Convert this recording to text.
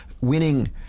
Winning